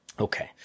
Okay